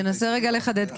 תנסה לחדד,